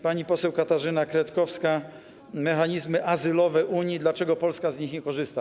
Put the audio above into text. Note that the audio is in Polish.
Pani poseł Katarzyna Kretkowska - mechanizmy azylowe Unii, dlaczego Polska z nich nie korzysta.